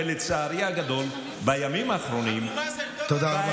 לצערי הגדול בימים האחרונים, אבו מאזן טוב, תודה.